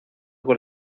con